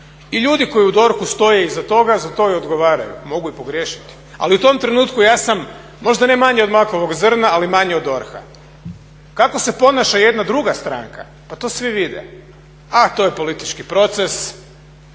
i ljudi koji u DORH-u stoje iza toga za to i odgovaraju. Mogu i pogriješiti. Ali u tom trenutku ja sam možda ne manji od makovog zrna ali manji od DORH-a. Kako se ponaša jedna druga stranka, pa to svi vide. A to je politički proces,